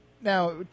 Now